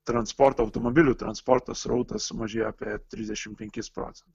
transporto automobilių transporto srautas sumažėjo apie trisdešimt penkis procentus